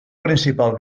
principal